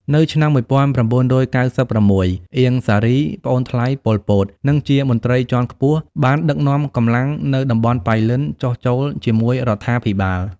នៅឆ្នាំ១៩៩៦ អៀង សារី ប្អូនថ្លៃប៉ុល ពត និងជាមន្ត្រីជាន់ខ្ពស់ បានដឹកនាំកម្លាំងនៅតំបន់ប៉ៃលិនចុះចូលជាមួយរដ្ឋាភិបាល។